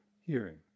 hearing